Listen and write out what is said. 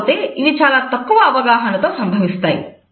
కాకపోతే ఇవి చాలా తక్కువ అవగాహనతో సంభవిస్తాయి